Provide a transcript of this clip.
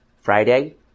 Friday